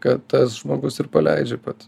kad tas žmogus ir paleidžia pats